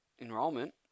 enrolment